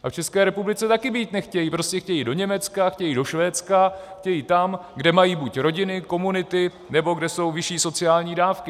V České republice taky být nechtějí, chtějí do Německa, chtějí do Švédska, chtějí tam, kde mají buď rodiny, komunity, nebo kde jsou vyšší sociální dávky.